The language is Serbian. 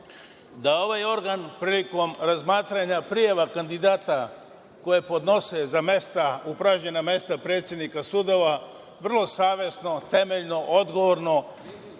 da ovaj organ prilikom razmatranja prijava kandidata koje podnose za upražnjena mesta predsednika sudova, vrlo savesno, temeljno, odgovorno